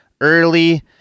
early